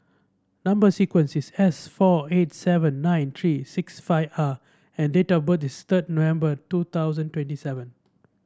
number sequence is S four eight seven nine three six five R and date of birth is third November two thousand twenty seven